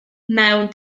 mewn